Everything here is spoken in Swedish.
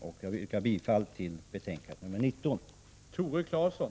Jag yrkar bifall till hemställan i bostadsutskottets betänkande 19.